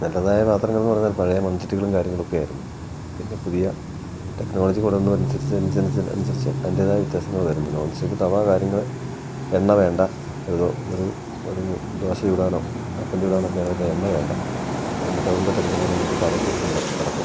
നല്ലതായ പാത്രങ്ങളെന്ന് പറഞ്ഞാൽ പഴയ മൺചട്ടികളും കാര്യങ്ങളൊക്കെ ആയിരുന്നു പിന്നെ പുതിയ ടെക്നോളജി കൂറ്റുന്നതിന് അനുസരിച്ചു അനുസരിച്ചു അതിൻ്റെതായ വ്യത്യാസങ്ങൾ വരുന്നു നോൺസ്റ്റിക്ക് തവ കാര്യങ്ങൾ എണ്ണ വേണ്ട അത് ഒരു ദോശ ചുടാനോ അപ്പം ചുടാനൊക്കെയാണെങ്കിൽ അതിൽ എണ്ണ വേണ്ട ഒരു മുട്ട ഓംലെറ്റ് അടിക്കണമെങ്കിൽ ആണ് അത് തവയ്ക്ക് ഉണ്ട് നടക്കും